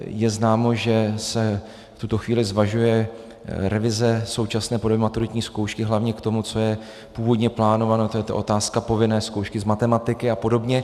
Je známo, že se v tuto chvíli zvažuje revize současné podoby maturitní zkoušky, hlavně k tomu, co je původně plánováno, to je ta otázka povinné zkoušky z matematiky a podobně.